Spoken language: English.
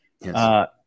Yes